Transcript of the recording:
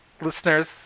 listeners